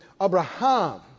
Abraham